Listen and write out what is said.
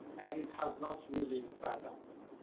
and it has not really panned out.